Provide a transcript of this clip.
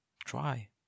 try